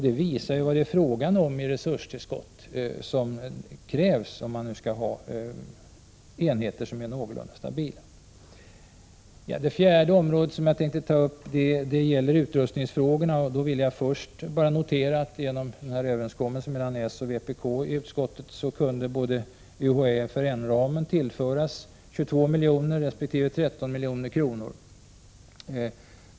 Det visar vilka resurstillskott som det är fråga om och som krävs för att man skall få fram enheter som är någorlunda stabila. Det fjärde område jag tänkte ta upp är utrustningsfrågorna. Jag vill först bara notera att genom överenskommelsen mellan s och vpk i utskottet kunde UHÄ-FRN-ramen tillföras 22 resp. 13 milj.kr.